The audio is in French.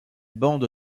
bande